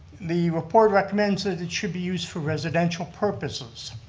the report recommends that it should be used for residential purposes.